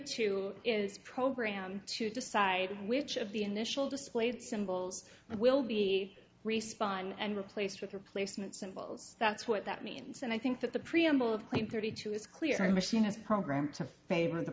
two is programmed to decide which of the initial displayed symbols will be respon and replaced with replacement symbols that's what that means and i think that the preamble of clean thirty two is clearing machine is programmed to favor the